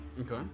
Okay